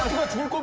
let's move